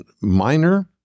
minor